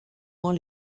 moins